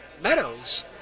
meadows